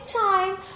time